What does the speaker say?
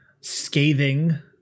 scathing